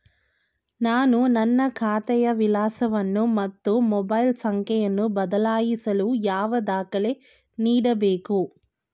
ನಾನು ನನ್ನ ಖಾತೆಯ ವಿಳಾಸವನ್ನು ಮತ್ತು ಮೊಬೈಲ್ ಸಂಖ್ಯೆಯನ್ನು ಬದಲಾಯಿಸಲು ಯಾವ ದಾಖಲೆ ನೀಡಬೇಕು?